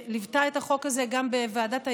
שליוותה את החוק הזה גם בוועדת ההיגוי: